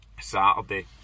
Saturday